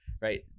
right